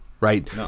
right